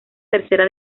tercera